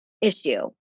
issue